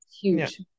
huge